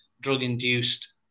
drug-induced